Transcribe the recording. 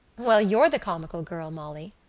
well, you're the comical girl, molly,